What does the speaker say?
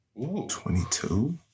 22